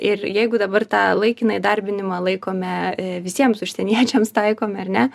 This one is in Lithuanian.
ir jeigu dabar tą laikiną įdarbinimą laikome visiems užsieniečiams taikome ar ne